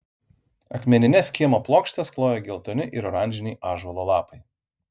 akmenines kiemo plokštes klojo geltoni ir oranžiniai ąžuolo lapai